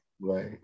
Right